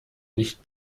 nicht